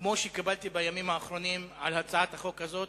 כמו שקיבלתי בימים האחרונים על הצעת החוק הזאת.